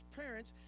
parents